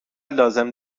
لازم